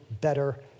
better